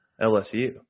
LSU